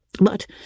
But